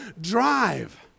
drive